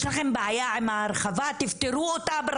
יש לכם בעיה עם ההרחבה, תפתרו אותה.